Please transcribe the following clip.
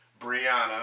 brianna